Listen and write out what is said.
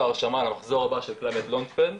ההרשמה למחזור הבא של Climate Launchpad.